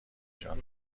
جان